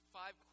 five